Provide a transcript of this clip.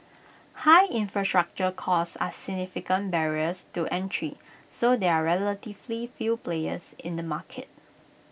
high infrastructure costs are significant barriers to entry so there are relatively few players in the market